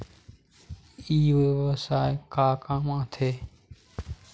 ई व्यवसाय का काम आथे?